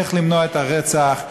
איך למנוע את הרצח.